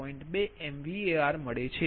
2 MVAR છે